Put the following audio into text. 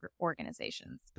organizations